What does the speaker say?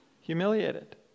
humiliated